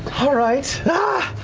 all right, ah!